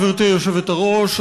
גברתי היושבת-ראש.